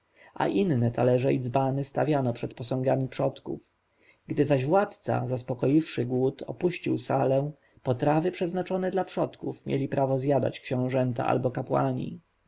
a inne talerze i dzbany stawiano przed posągami przodków gdy zaś władca zaspokoiwszy głód opuścił salę potrawy przeznaczone dla przodków mieli prawo zjadać książęta albo kapłani